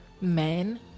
men